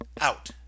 out